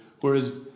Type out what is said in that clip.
whereas